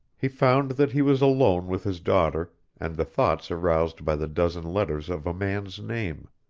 he found that he was alone with his daughter and the thoughts aroused by the dozen letters of a man's name.